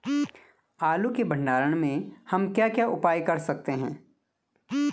आलू के भंडारण में हम क्या क्या उपाय कर सकते हैं?